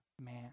man